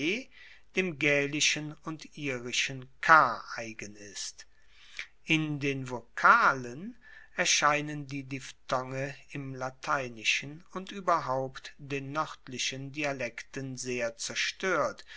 dem gaelischen und irischen k eigen ist in den vokalen erscheinen die diphthonge im lateinischen und ueberhaupt den noerdlichen dialekten sehr zerstoert